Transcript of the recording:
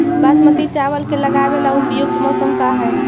बासमती चावल के लगावे ला उपयुक्त मौसम का है?